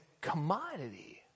commodity